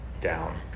down